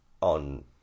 On